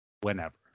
whenever